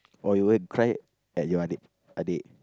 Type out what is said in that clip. why you want to cry at your adik adik